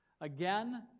again